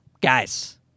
guys